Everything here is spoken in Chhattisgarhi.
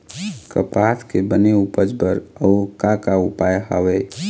कपास के बने उपज बर अउ का का उपाय हवे?